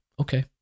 okay